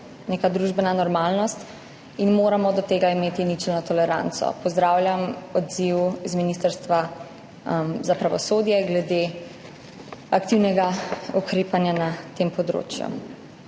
neka družbena normalnost, in moramo do tega imeti ničelno toleranco. Pozdravljam odziv z Ministrstva za pravosodje glede aktivnega ukrepanja na tem področju.